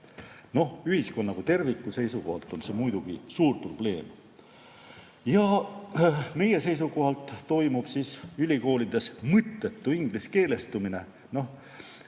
Ühiskonna kui terviku seisukohalt on see muidugi suur probleem. Ja meie seisukohalt toimub ülikoolides mõttetu ingliskeelestumine.